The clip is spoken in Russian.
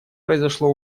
произошло